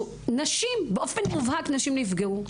נשים באופן מובהק נשים נפגעו.